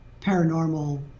paranormal